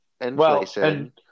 inflation